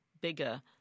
bigger